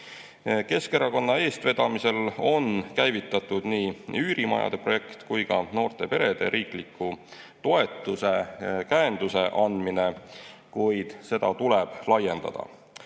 Keskerakonna eestvedamisel on käivitatud nii üürimajade projekt kui ka noortele peredele riikliku toetuse, käenduse andmine, kuid seda tuleb laiendada.